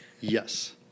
Yes